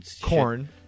corn